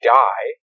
die